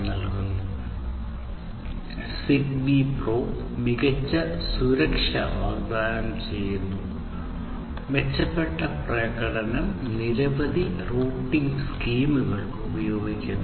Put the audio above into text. ZigBee pro മികച്ച സുരക്ഷ വാഗ്ദാനം ചെയ്യുന്നു മെച്ചപ്പെട്ട പ്രകടനം നിരവധി റൂട്ടിംഗ് സ്കീം ഉപയോഗിക്കുന്നു